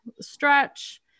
stretch